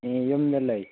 ꯎꯝ ꯌꯨꯝꯗ ꯂꯩ